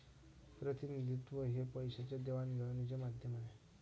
प्रतिनिधित्व हे पैशाच्या देवाणघेवाणीचे माध्यम आहे